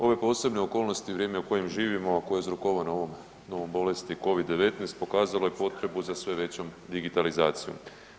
Ove posebne okolnosti u vrijeme u kojem živimo, a koje je uzrokovano ovom novom bolesti Covid-19 pokazala je potrebu za sve većom digitalizacijom.